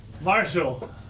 Marshall